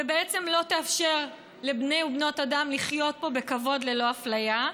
ובעצם לא תאפשר לבני ובנות אדם לחיות פה בכבוד ללא אפליה,